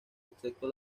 excepto